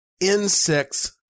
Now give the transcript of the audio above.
insect's